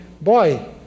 boy